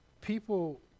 people